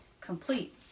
complete